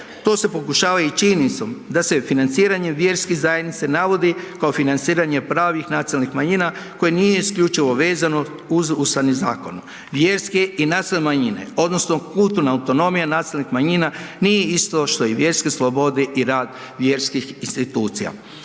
To se pokušava i činjenicom da se financiranjem vjerski zajednice navodi kao financiranje pravih nacionalnih manjina koje nije isključivo vezano uz Ustavni zakon. Vjerske i nacionalne manjine odnosno kulturna autonomija nacionalnih manjina nije isto što i vjerske slobode i rad vjerskih institucija.